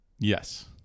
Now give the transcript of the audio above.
Yes